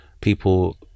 people